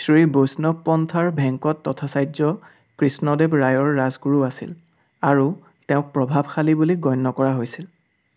শ্ৰীবৈষ্ণৱ পন্থাৰ ভেংকট তথাচাৰ্য্য কৃষ্ণদেৱ ৰায়ৰ ৰাজগুৰু আছিল আৰু তেওঁক প্ৰভাৱশালী বুলি গণ্য কৰা হৈছিল